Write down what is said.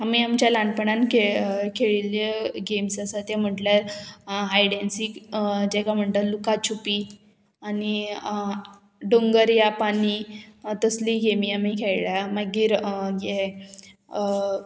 आमी आमच्या ल्हानपणान खेळ खेळिल्ले गेम्स आसा ते म्हटल्यार हायड एण सीक जेका म्हणटा लुकाछुपी आनी डोंगर या पानी तसली गेमी आमी खेळ्ळ्या मागीर हे